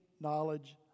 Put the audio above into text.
knowledge